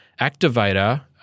Activator